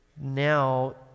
now